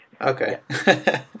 Okay